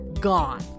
Gone